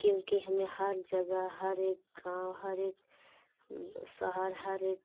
क्योंकि हमें हर जगह एक गाँव हर एक शहर हर एक